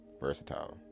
versatile